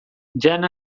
jan